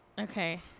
Okay